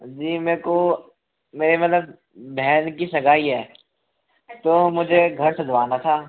जी मेरे को मेरे मतलब बहन की सगाई है तो मुझे घर सजवाना था